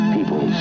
People